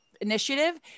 initiative